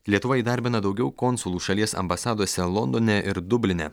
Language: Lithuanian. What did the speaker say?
lietuva įdarbina daugiau konsulų šalies ambasadose londone ir dubline